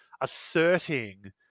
asserting